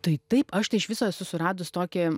tai taip aš tai iš viso esu suradus tokį